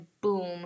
boom